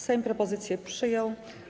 Sejm propozycję przyjął.